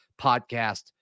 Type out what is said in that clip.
Podcast